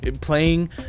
playing